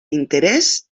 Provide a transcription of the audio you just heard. interés